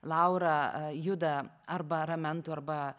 laura juda arba ramentų arba